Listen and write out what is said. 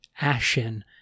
ashen